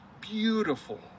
beautiful